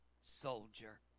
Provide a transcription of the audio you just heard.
soldier